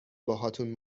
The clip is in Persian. باهاتون